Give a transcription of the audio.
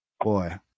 boy